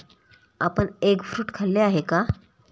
आपण egg fruit खाल्ले आहे का?